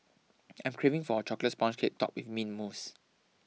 I'm craving for a Chocolate Sponge Cake Topped with Mint Mousse